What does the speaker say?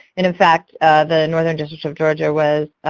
and in fact the northern district of georgia was